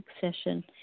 succession